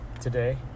today